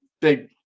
Big